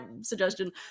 suggestion